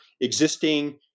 existing